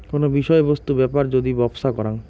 কোন বিষয় বস্তু বেপার যদি ব্যপছা করাং